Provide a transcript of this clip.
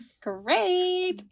great